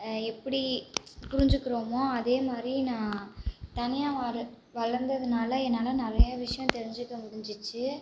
எப்படி புரிஞ்சிக்றோமோ அதேமாதிரி நான் தனியாக வாரு வளர்ந்ததுனால் என்னால் நிறைய விஷயம் தெரிஞ்சுக்க முடிஞ்சிடுச்சி